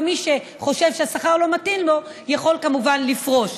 מי שחושב שהשכר לא מתאים לו, יכול כמובן לפרוש.